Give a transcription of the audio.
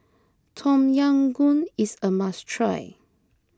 Tom Yam Goong is a must try